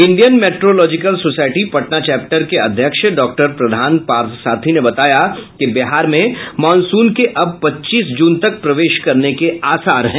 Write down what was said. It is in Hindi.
Indian meteorological society Patna chapter के अध्यक्ष डॉक्टर प्रधान पार्थसारथी ने बताया कि बिहार में मॉनसून के अब पच्चीस जून तक प्रवेश के आसार हैं